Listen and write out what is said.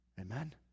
Amen